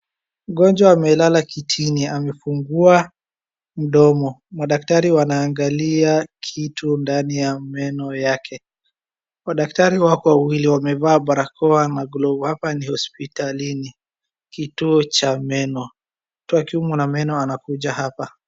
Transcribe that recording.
Mgonjwa amelala kitini amefungua mdomo madaktari wanaangalia kitu ndani ya meno yake madaktari wako wawili wamevaa barakoa na glavu hapa ni hospitalini kituo cha meno, mtu akiumwa na meno anakuja hapa.